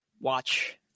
watch